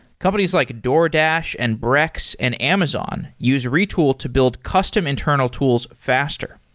companies like a doordash, and brex, and amazon use retool to build custom internal tools faster.